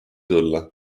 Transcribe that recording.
tulla